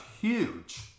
huge